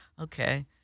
okay